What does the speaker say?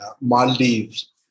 Maldives